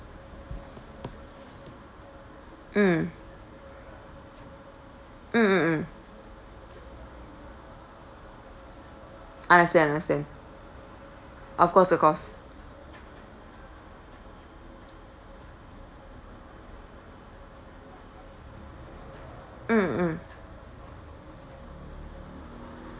mm mm mm mm understand understand of course of course mm mm mm